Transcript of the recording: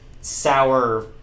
sour